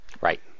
Right